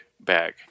bag